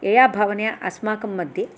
यया भावनया अस्माखं मध्ये